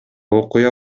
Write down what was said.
окуя